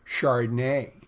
Chardonnay